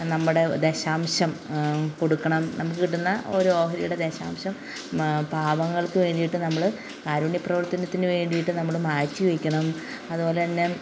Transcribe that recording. നമ്മുടെ ദശാംശം കൊടുക്കണം നമുക്ക് കിട്ടുന്ന ഓരോ ഓഹരിയുടെ ദശാംശം പാവങ്ങൾക്ക് വേണ്ടിയിട്ട് നമ്മൾ കാരുണ്യപ്രവർത്തനത്തിന് വേണ്ടിയിട്ട് നമ്മൾ മാറ്റിവെയ്ക്കണം അതുപോലെത്തന്നെ